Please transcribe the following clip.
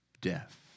death